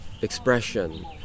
expression